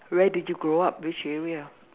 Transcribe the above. where did you grow up which area